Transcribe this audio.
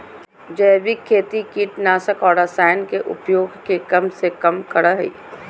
जैविक खेती कीटनाशक और रसायन के उपयोग के कम से कम करय हइ